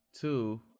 two